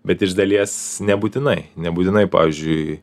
bet iš dalies nebūtinai nebūtinai pavyzdžiui